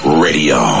radio